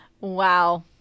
Wow